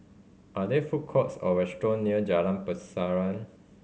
are there food courts or restaurant near Jalan Pasaran